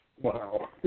Wow